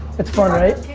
it's fun, right?